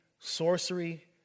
sorcery